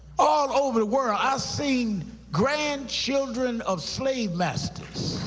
all over the world, i've seen grandchildren of slave masters